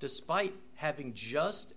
despite having just